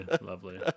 lovely